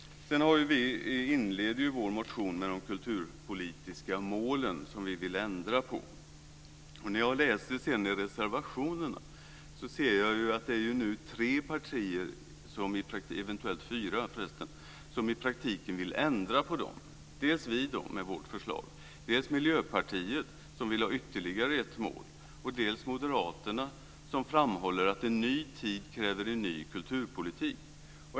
Vi inleder vår motion med de kulturpolitiska målen, som vi vill ändra. När jag läser reservationerna ser jag att det är tre eller eventuellt fyra partier som i praktiken vill ändra på dem. Det är dels vi, med vårt förslag, dels Miljöpartiet, som vill ha ytterligare ett mål, dels moderaterna, som framhåller att en ny tid kräver en ny kulturpolitik.